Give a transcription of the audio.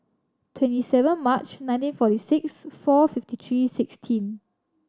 twenty seven March nineteen forty six four fifty three sixteen